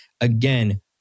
Again